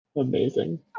Amazing